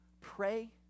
pray